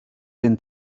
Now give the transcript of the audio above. den